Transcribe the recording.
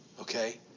Okay